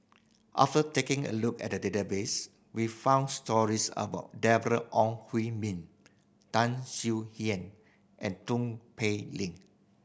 after taking a look at the database we found stories about Deborah Ong Hui Min Tan Swie Hian and Tong Pei Ling